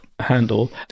handle